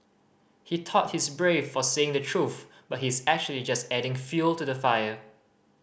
he thought he's brave for saying the truth but he's actually just adding fuel to the fire